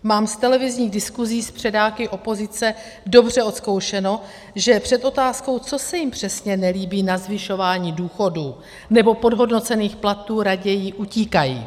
Mám z televizních diskusí s předáky opozice dobře odzkoušeno, že před otázkou, co se jim přesně nelíbí na zvyšování důchodů nebo podhodnocených platů, raději utíkají.